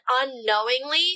unknowingly